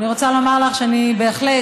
אני רוצה לומר לך שאני בהחלט